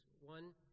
one